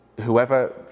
whoever